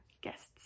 guests